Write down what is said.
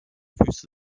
füße